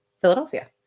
Philadelphia